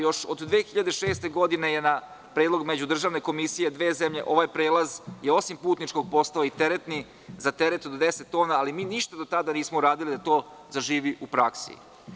Još od 2006. godine je na predlog Međudržavne komisije dve zemlje ovaj prelaz je osim putničkog postao i teretni za teret od deset tona, ali mi ništa od tada nismo uradili da to zaživi u praksi.